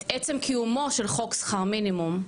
את עצם קיומו של חוק שכר מינימום,